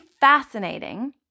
fascinating